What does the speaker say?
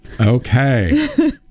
Okay